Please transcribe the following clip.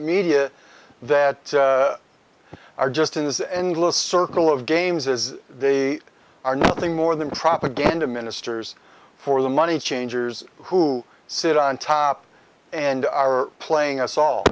media that are just in this endless circle of games as they are nothing more than propaganda ministers for the money changers who sit on top and are playing